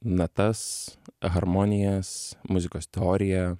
natas harmonijas muzikos teoriją